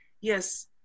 Yes